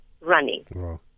running